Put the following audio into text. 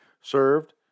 served